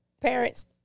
parents